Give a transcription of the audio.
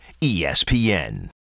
ESPN